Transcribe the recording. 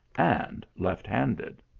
and left-handed.